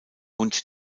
und